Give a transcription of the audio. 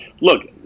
look